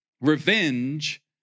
revenge